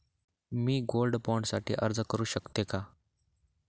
मी gold bond साठी अर्ज करु शकते का?